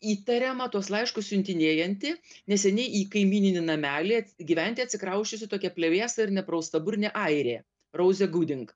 įtariama tuos laiškus siuntinėjanti neseniai į kaimyninį namelį gyventi atsikrausčiusi tokia plevėsa ir nepraustaburnė airė rauzė guding